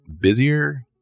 busier